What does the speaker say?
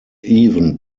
even